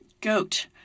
goat